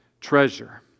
treasure